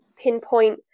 pinpoint